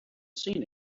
seen